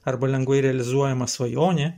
arba lengvai realizuojama svajonė